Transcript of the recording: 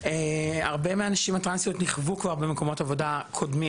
הרבה מהנשים הטרנסיות נכוו כבר במקומות עבודה קודמים.